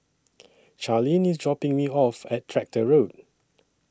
Charlene IS dropping Me off At Tractor Road